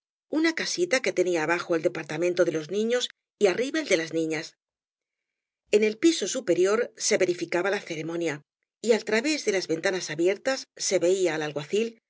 una casita que tenía abajo el departamento de los niños y arriba el de las niñas en el piso superior ee verificaba la ceremonia y al través de las ventanas abiertas ee veía al